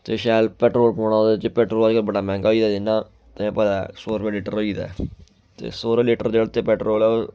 ते शैल पेट्रोल पुआना ओह्दे च पेट्रोल अज्जकल बड़ा मैंह्गा होई गेदा इन्ना ते तुसें पता ऐ सौ रपेआ लीटर होई गेदा ते सौ रपेआ लीटर जेह्ड़े ते पेट्रोल ऐ ओह्